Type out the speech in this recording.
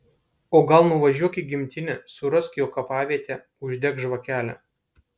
o gal nuvažiuok į gimtinę surask jo kapavietę uždek žvakelę